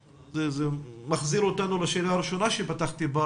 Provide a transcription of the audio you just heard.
וזה מחזיר אותנו לשאלה הראשונה שפתחתי בה,